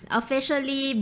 officially